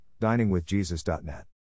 diningwithjesus.net